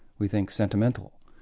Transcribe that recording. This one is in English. we think sentimental.